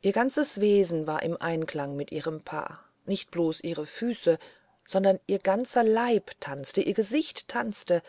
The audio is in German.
ihr ganzes wesen war im einklang mit ihren pas nicht bloß ihre füße sondern ihr ganzer leib tanzte ihr gesicht tanzte